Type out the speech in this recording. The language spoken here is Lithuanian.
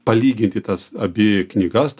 palyginti tas abi knygas